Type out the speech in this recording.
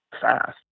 fast